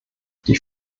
die